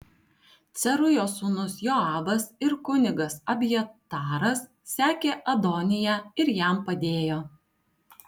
cerujos sūnus joabas ir kunigas abjataras sekė adoniją ir jam padėjo